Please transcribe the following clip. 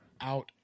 out